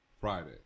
Friday